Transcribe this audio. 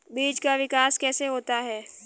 बीज का विकास कैसे होता है?